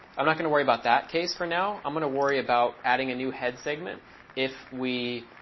i'm not going to worry about that case for now. i'm going to worry about adding a new head segment if we